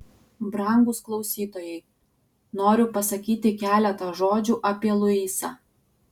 brangūs klausytojai noriu pasakyti keletą žodžių apie luisą